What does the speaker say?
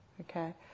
Okay